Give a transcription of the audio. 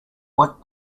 what